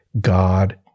God